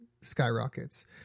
skyrockets